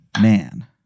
man